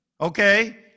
Okay